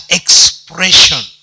expression